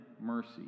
mercy